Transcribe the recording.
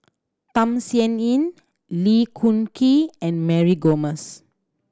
Tham Sien Yen Lee Choon Kee and Mary Gomes